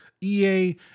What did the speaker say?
EA